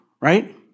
right